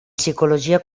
psicologia